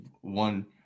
one